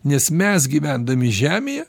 nes mes gyvendami žemėje